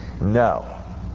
No